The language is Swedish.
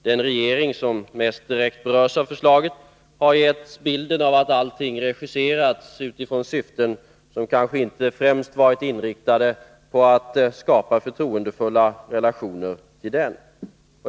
Den regering som mest direkt berörs av förslaget har getts bilden att allt regisserades utifrån syften som kanske inte främst var inriktade på att skapa förtroendefulla relationer till den.